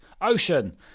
Ocean